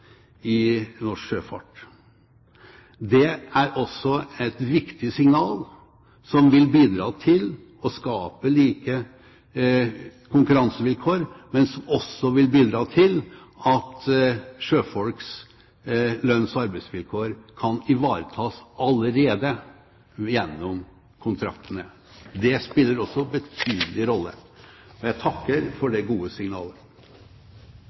i norsk sjøfart. Det er også et viktig signal, som vil bidra til å skape like konkurransevilkår, men som også vil bidra til at sjøfolks lønns- og arbeidsvilkår kan ivaretas allerede gjennom kontraktene. Det spiller også en betydelig rolle, og jeg takker for det gode signalet.